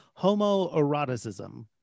homoeroticism